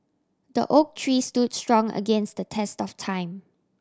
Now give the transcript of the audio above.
the oak tree stood strong against the test of time